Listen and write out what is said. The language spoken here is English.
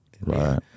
Right